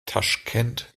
taschkent